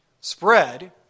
spread